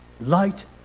light